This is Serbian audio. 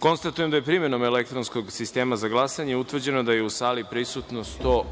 glasanje. Konstatujem da je primenom elektronskog sistema za glasanje utvrđeno da je u sali prisutno 110